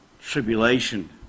tribulation